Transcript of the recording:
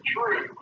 True